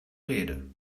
rede